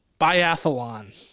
Biathlon